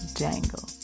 jangle